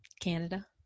Canada